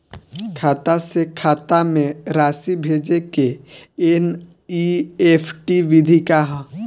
खाता से खाता में राशि भेजे के एन.ई.एफ.टी विधि का ह?